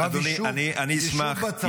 יישוב בצפון.